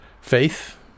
faith